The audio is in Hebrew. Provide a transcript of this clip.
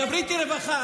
דברי איתי רווחה,